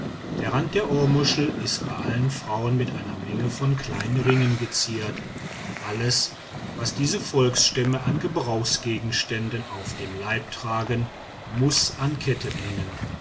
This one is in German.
der rand der ohrmuschel ist bei allen frauen mit einer menge von kleinen ringen geziert alles was diese volksstämme an gebrauchsgegenständen auf dem leibe tragen muß an ketten hängen